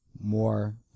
more